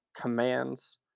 commands